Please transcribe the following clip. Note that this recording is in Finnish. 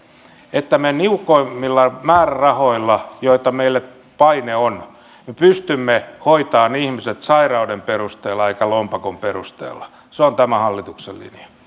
että me niukemmilla määrärahoilla joihin meillä paine on pystymme hoitamaan ihmiset sairauden perusteella emme lompakon perusteella se on tämän hallituksen